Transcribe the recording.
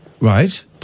Right